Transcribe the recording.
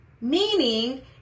Meaning